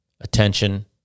attention